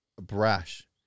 brash